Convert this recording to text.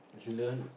is learn